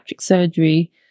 surgery